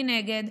מנגד,